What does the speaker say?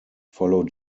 follow